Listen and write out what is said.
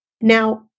Now